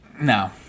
No